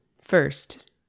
first